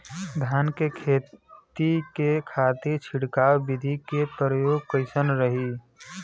धान के खेती के खातीर छिड़काव विधी के प्रयोग कइसन रही?